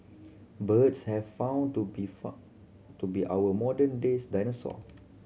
birds have found to be found to be our modern days dinosaur